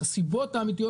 את הסיבות האמיתיות,